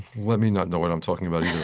let me not know what i'm talking about either.